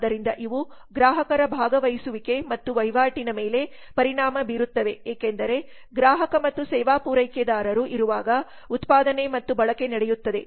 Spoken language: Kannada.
ಆದ್ದರಿಂದ ಇವು ಗ್ರಾಹಕರ ಭಾಗವಹಿಸುವಿಕೆ ಮತ್ತು ವಹಿವಾಟಿನ ಮೇಲೆ ಪರಿಣಾಮ ಬೀರುತ್ತವೆ ಏಕೆಂದರೆ ಗ್ರಾಹಕ ಮತ್ತು ಸೇವಾ ಪೂರೈಕೆದಾರರು ಇರುವಾಗ ಉತ್ಪಾದನೆ ಮತ್ತು ಬಳಕೆ ನಡೆಯುತ್ತದೆ